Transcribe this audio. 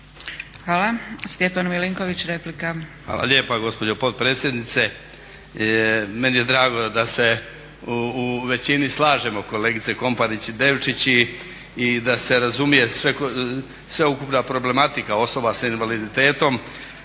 replika. **Milinković, Stjepan (HDZ)** Hvala lijepo gospođo potpredsjednice. Meni je drago da se u većini slažemo kolegice KOmparić Devčić i da se razumije sveukupna problematika osoba s invaliditetom